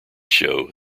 show